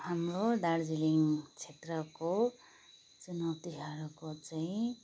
हाम्रो दार्जिलिङ क्षेत्रको चुनौतीहरूको चाहिँ